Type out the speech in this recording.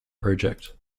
project